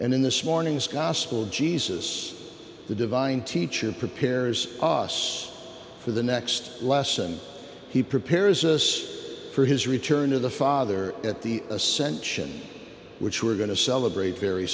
and in this morning's gospel jesus the divine teacher prepares us for the next lesson he prepares us for his return to the father at the ascension which we're going to celebrate very